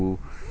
two